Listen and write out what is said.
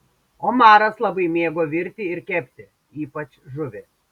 omaras labai mėgo virti ir kepti ypač žuvį